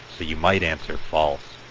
but you might answer false.